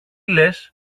λες